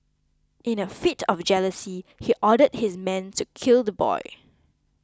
in a fit of jealousy he ordered his men to kill the boy